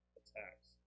attacks